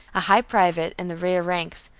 a high private in the rear ranks,